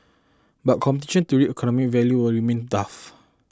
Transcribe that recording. but competition to reap economic value will remain tough